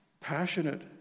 passionate